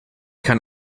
kann